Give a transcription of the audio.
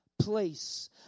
place